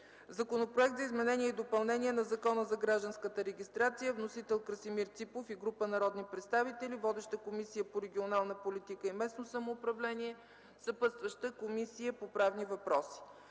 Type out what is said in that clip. Законопроект за изменение и допълнение на Закона за гражданската регистрация. Вносител – Красимир Ципов и група народни представители. Водеща е Комисията по регионална политика и местно самоуправление. Съпътстваща е Комисията по правни въпроси;